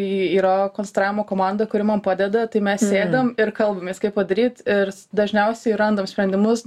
yra konstravimo komanda kuri man padeda tai mes sėdam ir kalbamės kaip padaryt ir dažniausiai randam sprendimus